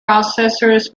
processors